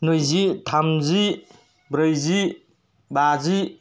नैजि थामजि ब्रैजि बाजि